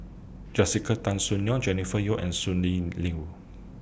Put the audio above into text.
Jessica Tan Soon Neo Jennifer Yeo and Sonny Liew